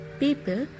people